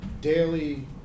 daily